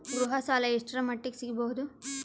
ಗೃಹ ಸಾಲ ಎಷ್ಟರ ಮಟ್ಟಿಗ ಸಿಗಬಹುದು?